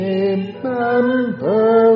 Remember